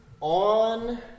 on